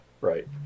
right